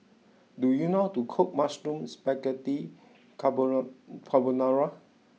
do you know how to cook Mushroom Spaghetti Carbonara